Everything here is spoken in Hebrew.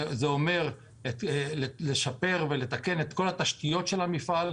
זה אומר לשפר ולתקן את כל התשתיות של המפעל,